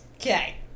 Okay